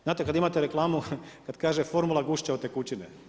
Znate kad imate reklamu, kad kaže formula gušća od tekućine.